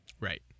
Right